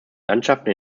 landschaften